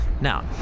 Now